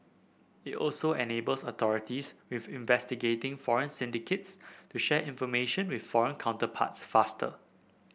it also enables authorities with investigating foreign syndicates to share information with foreign counterparts faster